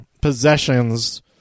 possessions